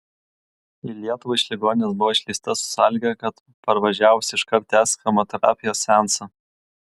į lietuvą iš ligoninės buvo išleista su sąlyga kad parvažiavusi iškart tęs chemoterapijos seansą